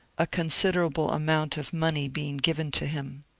a considerable amount of money being given to him.